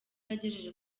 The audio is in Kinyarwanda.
yagejeje